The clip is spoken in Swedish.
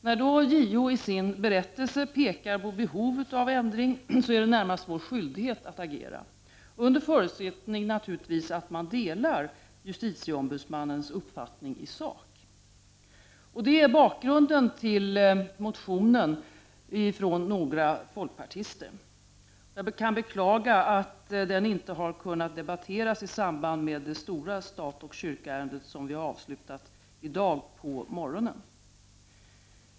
När JO i sin berättelse pekar på behov av ändring, är det närmast vår skyldighet att agera, under förutsättning att vi delar justitieombudsmannens uppfattning i sak. Det är bakgrunden till motionen från några folkpartister. Jag beklagar att den inte kunde debatteras i samband med behandlingen av det stora statkyrka-ärendet som vi avslutade i dag på morgonen.